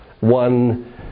one